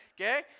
okay